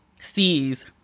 sees